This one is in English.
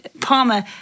Palmer